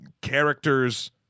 characters